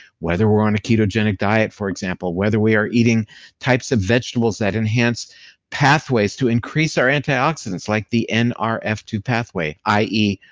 whether we're on a ketogenic diet for example, whether we are eating types of vegetables that enhance pathways to increase our antioxidants like the n r f two pathway, i e,